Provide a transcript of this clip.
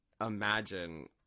imagine